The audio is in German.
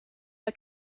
der